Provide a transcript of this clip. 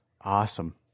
Awesome